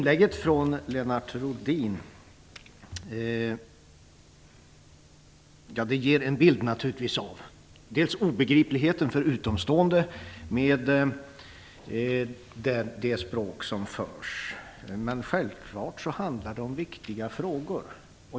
Fru talman! Lennart Rohdins inlägg, med det språk som används, ger en bild av obegriplighet för utomstående. Men självfallet handlar det om viktiga frågor.